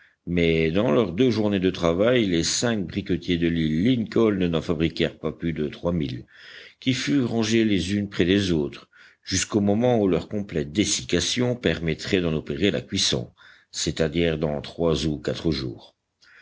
mais dans leurs deux journées de travail les cinq briquetiers de l'île lincoln n'en fabriquèrent pas plus de trois mille qui furent rangées les unes près des autres jusqu'au moment où leur complète dessiccation permettrait d'en opérer la cuisson c'est-à-dire dans trois ou quatre jours